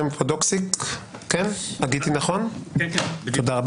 אפרים פודוקסיק, בבקשה.